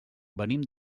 venim